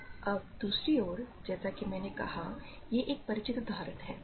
तो अब दूसरी ओर जैसा कि मैंने कहा यह एक परिचित उदाहरण है